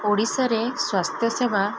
ଓଡ଼ିଶାରେ ସ୍ୱାସ୍ଥ୍ୟ ସେବା